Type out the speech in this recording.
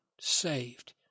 saved